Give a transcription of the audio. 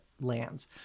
lands